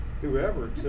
whoever